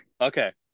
okay